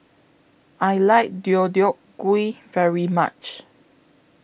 I like Deodeok Gui very much